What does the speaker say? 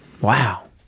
Wow